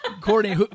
Courtney